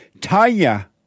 Tanya